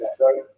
right